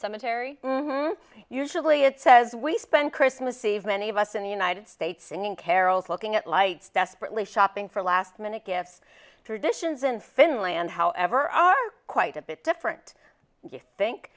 cemetery usually it says we spent christmas eve many of us in the united states singing carols looking at lights desperately shopping for last minute gifts traditions in finland however are quite a bit different do you think